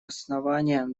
основания